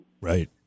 Right